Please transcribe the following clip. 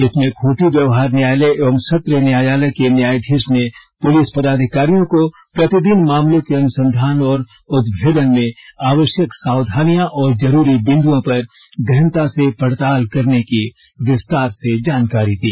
इसमें खूंटी व्यवहार न्यायालय एवं सत्र न्यायालय के न्यायाधीश ने पुलिस पदाधिकारियों को प्रतिदिन मामलों के अनुसंधान और उद्भेदन में आवश्यक सावधानियां और जरूरी बिंदुओं पर गहनता से पड़ताल करने की विस्तार से जानकारी दी